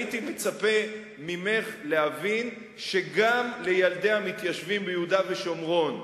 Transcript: הייתי מצפה ממך להבין שגם לילדי המתיישבים ביהודה ושומרון,